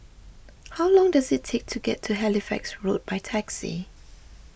how long does it take to get to Halifax Road by taxi